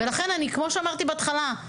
כמו שאמרתי בהתחלה,